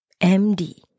MD